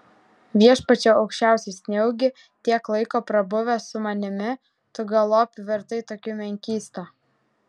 viešpatie aukščiausias nejaugi tiek laiko prabuvęs su manimi tu galop virtai tokiu menkysta